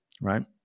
right